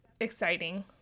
exciting